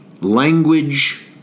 language